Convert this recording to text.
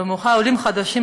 במיוחד עולים חדשים,